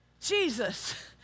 Jesus